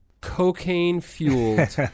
cocaine-fueled